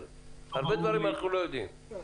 הרבה דברים אנחנו לא יודעים.